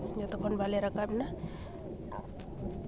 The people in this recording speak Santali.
ᱡᱚᱛᱚᱠᱷᱚᱱ ᱵᱟᱞᱮ ᱨᱟᱠᱟᱵ ᱮᱱᱟ